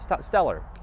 Stellar